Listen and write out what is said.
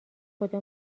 خدا